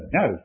no